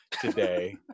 today